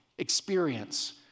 experience